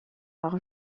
par